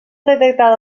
detectada